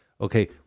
okay